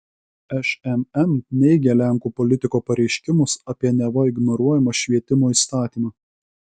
šmm neigia lenkų politiko pareiškimus apie neva ignoruojamą švietimo įstatymą